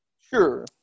Sure